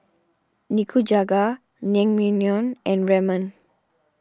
Nikujaga Naengmyeon and Ramen